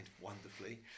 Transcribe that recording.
wonderfully